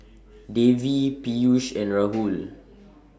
Devi Peyush and Rahul